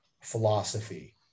philosophy